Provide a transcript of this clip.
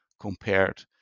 compared